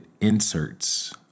inserts